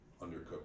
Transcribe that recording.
undercooked